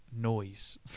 noise